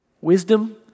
Wisdom